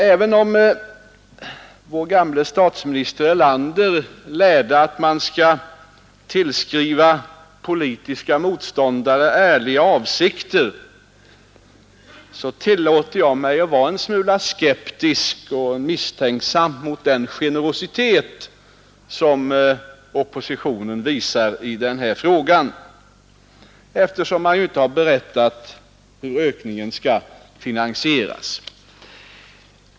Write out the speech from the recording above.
Även om vår förre statsminister Erlander lärde att man skall tillskriva politiska motståndare ärliga avsikter, tillåter jag mig vara en smula skeptisk och misstänksam mot den generositet som oppositionen visar i den här frågan, eftersom man inte har berättat hur ökningen skall finansieras.